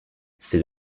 c’est